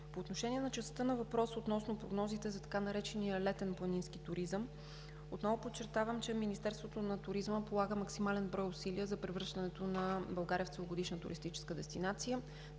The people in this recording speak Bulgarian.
По отношение на частта от въпроса относно прогнозите за така наречения летен планински туризъм отново подчертавам, че Министерството на туризма полага максимален брой усилия за превръщането на България в целогодишна туристическа дестинация.